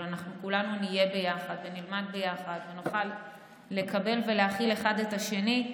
כולנו נהיה ביחד ונלמד ביחד ונוכל לקבל ולהכיל אחד את השני.